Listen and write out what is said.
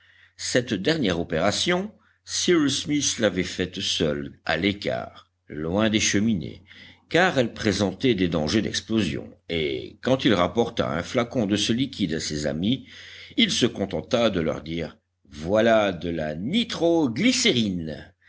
cette dernière opération cyrus smith l'avait faite seul à l'écart loin des cheminées car elle présentait des dangers d'explosion et quand il rapporta un flacon de ce liquide à ses amis il se contenta de leur dire voilà de la